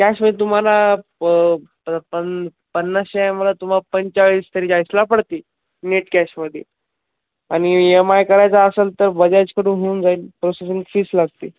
कॅशमध्ये तुम्हाला प प पण पन्नासचे मला तुम्हाला पंचेचाळीसला पडते नेट कॅशमध्ये आणि ई एम आय करायचा असंल तर बजाजकडून होऊन जाईल प्रोसेसिंग फीस लागते